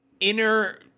Inner